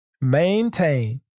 Maintain